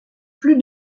plus